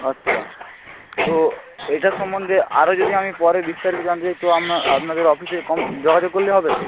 আচ্ছা তো এইটার সম্বন্ধে আরও যদি আমি পরে বিস্তারিত জানতে চাই তো আপনাদের অফিসে যোগাযোগ করলে হবে তো